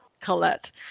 Colette